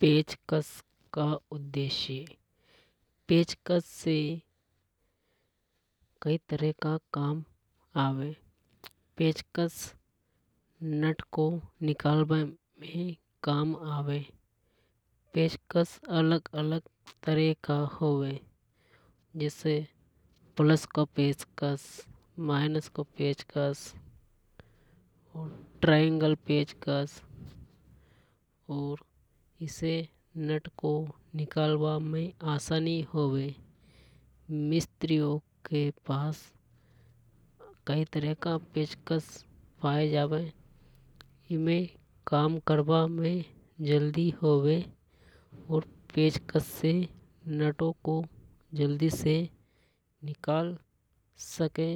पेचकस का उद्देश्य। पेचकस से कई तरह का काम आवे। पेचकस नट को निकालबा में काम आवे। पेचकस अलग अलग तरह का होवे जसा प्लस का पेचकस माइनस का पेचकस ट्रेंगल पेचकस और इसे नट को निकालबा में आसानी होवे। मिस्रियों के पास कई तरह का पेचकस पाया जावे। एमे काम करबा में जल्दी होवे। और पेचकस से नटो को जल्दी निकाल सके।